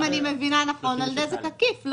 אם אני מבינה נכון, על נזק עקיף.